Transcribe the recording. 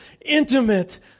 intimate